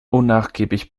unnachgiebig